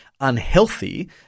unhealthy